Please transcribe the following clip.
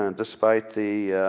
and despite the